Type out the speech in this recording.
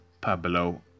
Pablo